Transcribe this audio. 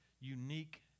unique